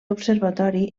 observatori